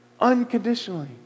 unconditionally